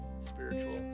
spiritual